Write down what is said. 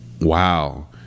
wow